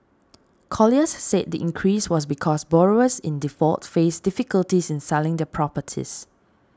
Colliers said the increase was because borrowers in default faced difficulties in selling their properties